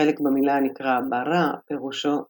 והחלק במילה הנקרא bərə פירושו "אוכל".